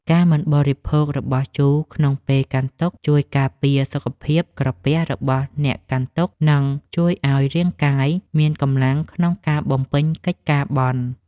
ការមិនបរិភោគរបស់ជូរក្នុងពេលកាន់ទុក្ខជួយការពារសុខភាពក្រពះរបស់អ្នកមានទុក្ខ និង ជួយឱ្យរាងកាយមានកម្លាំងក្នុងការបំពេញកិច្ចការបុណ្យ។